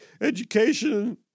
education